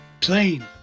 plain